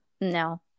No